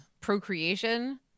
procreation